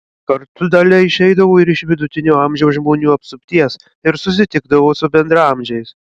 kartu dalia išeidavo ir iš vidutinio amžiaus žmonių apsupties ir susitikdavo su bendraamžiais